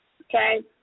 Okay